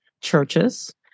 churches